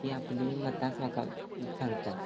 तीं आपलीं मतांच म्हाका सांगतात